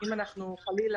אם אנחנו, חלילה,